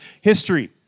history